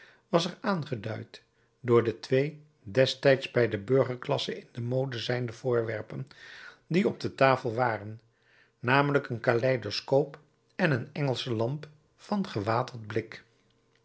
was er aangeduid door de twee destijds bij de burgerklasse in de mode zijnde voorwerpen die op de tafel waren namelijk een kaleidoskoop en een engelsche lamp van gewaterd blik